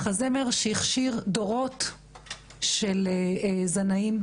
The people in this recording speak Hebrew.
מחזמר שהכשיר דורות של זנאים,